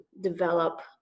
develop